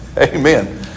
Amen